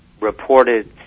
reported